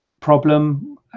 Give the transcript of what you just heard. problem